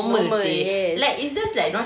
normal yes